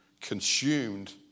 consumed